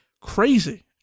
crazy